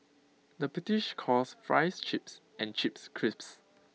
the British calls Fries Chips and chips crips